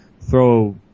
throw